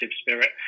spirit